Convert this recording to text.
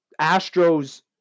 Astros